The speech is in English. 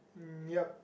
mm yup